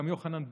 גם יוחנן בדר,